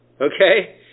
Okay